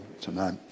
tonight